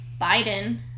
Biden